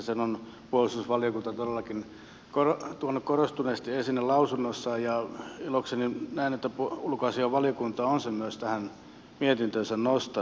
sen on puolustusvaliokunta todellakin tuonut korostuneesti esille lausunnossaan ja ilokseni näin että ulkoasiainvaliokunta on sen myös tähän mietintöönsä nostanut